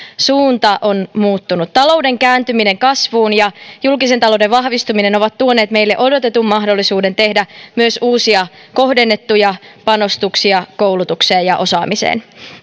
suunta on muuttunut talouden kääntyminen kasvuun ja julkisen talouden vahvistuminen ovat tuoneet meille odotetun mahdollisuuden tehdä myös uusia kohdennettuja panostuksia koulutukseen ja osaamiseen